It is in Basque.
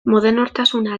modernotasuna